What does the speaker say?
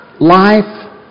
Life